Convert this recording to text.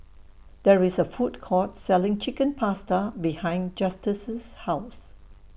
There IS A Food Court Selling Chicken Pasta behind Justus' House